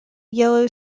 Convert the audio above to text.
yellow